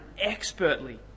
expertly